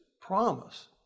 promise